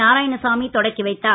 நாராயணசாமி தொடக்கி வைத்தார்